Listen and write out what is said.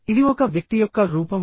ఇది ఒక వ్యక్తి యొక్క రూపమా